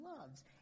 loves